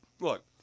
look